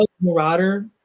Marauder